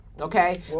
okay